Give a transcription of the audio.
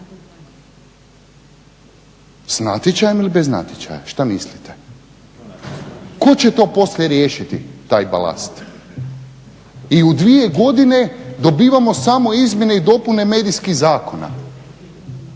s natječajem ili bez natječaja, šta mislite? Tko će to poslije riješiti, taj balast i u dvije godine dobivamo samo izmjene i dopune medijskih zakona